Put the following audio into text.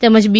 તેમજ બી